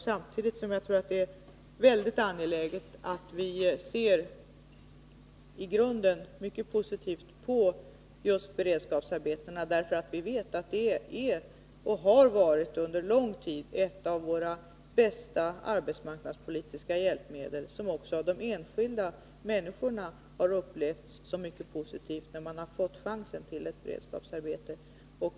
Samtidigt tror jag att det är mycket angeläget att vi i grunden ser mycket positivt på just beredskapsarbetena, eftersom vi vet att de är, och under lång tid har varit, ett av våra bästa arbetsmarknadspolitiska hjälpmedel. De har också upplevts som mycket positiva av de enskilda människorna när dessa har fått chansen till ett beredskapsarbete.